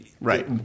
Right